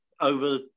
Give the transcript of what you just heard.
over